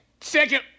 second